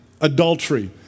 adultery